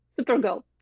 Supergirl